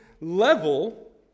level